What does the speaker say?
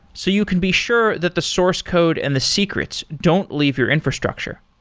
so you can be sure that the source code and the secrets don't leave your infrastructure.